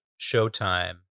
Showtime